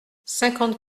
cinquante